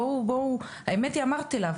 האמת אני אמרתי לה,